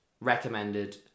recommended